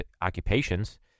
occupations